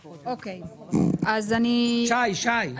ישי, ישי.